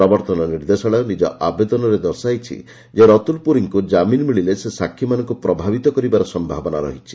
ପ୍ରବର୍ତ୍ତନ ନିର୍ଦ୍ଦେଶାଳୟ ନିଜ ଆବେଦନରେ ଦର୍ଶାଇଛି ଯେ ରତୁଲ ପୁରୀଙ୍କୁ ଜାମିନ ମିଳିଲେ ସେ ସାକ୍ଷୀମାନଙ୍କୁ ପ୍ରଭାବିତ କରିବାର ସମ୍ଭାବନା ରହିଛି